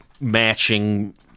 matching